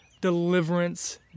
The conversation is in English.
deliverance